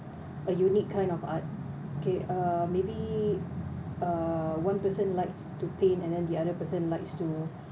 a unique kind of art okay uh maybe uh uh one person likes to paint and then the other person likes to